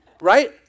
right